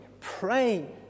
praying